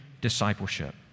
discipleship